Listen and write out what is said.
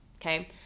Okay